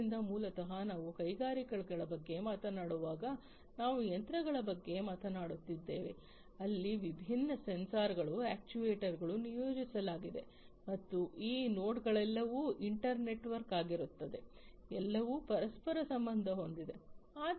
ಆದ್ದರಿಂದ ಮೂಲತಃ ನಾವು ಕೈಗಾರಿಕೆಗಳ ಬಗ್ಗೆ ಮಾತನಾಡುವಾಗ ನಾವು ಯಂತ್ರಗಳ ಬಗ್ಗೆ ಮಾತನಾಡುತ್ತಿದ್ದೇವೆ ಅಲ್ಲಿ ವಿಭಿನ್ನ ಸೆನ್ಸಾರ್ಗಳು ಅಕ್ಚುಯೆಟರ್ಸ್ಗಳನ್ನು ನಿಯೋಜಿಸಲಾಗಿದೆ ಮತ್ತು ಈ ನೋಡ್ಗಳೆಲ್ಲವೂ ಇಂಟರ್ ನೆಟ್ವರ್ಕ್ ಆಗಿರುತ್ತವೆ ಅವೆಲ್ಲವೂ ಪರಸ್ಪರ ಸಂಬಂಧ ಹೊಂದಿವೆ